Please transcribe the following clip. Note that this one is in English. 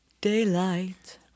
Daylight